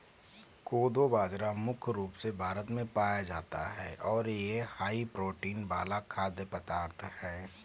कोदो बाजरा मुख्य रूप से भारत में पाया जाता है और यह हाई प्रोटीन वाला खाद्य पदार्थ है